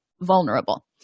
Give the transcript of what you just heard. vulnerable